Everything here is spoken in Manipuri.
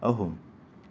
ꯑꯍꯨꯝ